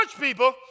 people